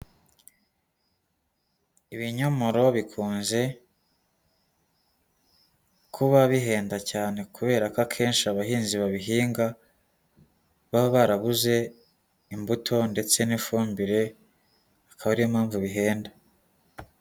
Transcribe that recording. Ibinyomoro bikunze kuba bihenda cyane kubera ko akenshi abahinzi babihinga baba barabuze imbuto ndetse n'ifumbire, akaba ariyo mpamvu bihenda.